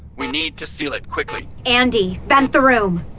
we need to seal it quickly andi, vent the room!